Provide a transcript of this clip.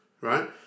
right